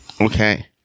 Okay